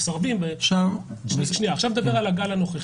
עכשיו נדבר על הגל הנוכחי.